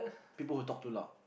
people who talk too loud